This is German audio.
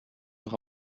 noch